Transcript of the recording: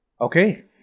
Okay